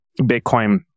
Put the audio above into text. Bitcoin